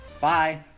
Bye